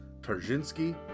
Tarzinski